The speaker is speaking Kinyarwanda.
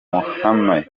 mahame